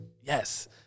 yes